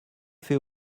fait